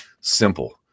Simple